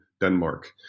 Denmark